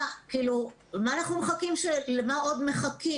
למה עוד מחכים?